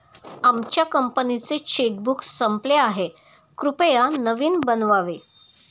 आमच्या कंपनीचे चेकबुक संपले आहे, कृपया नवीन बनवावे